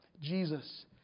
Jesus